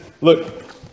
look